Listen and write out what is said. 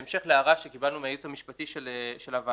בהמשך להערה שקיבלנו מהייעוץ המשפטי של הוועדה,